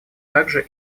также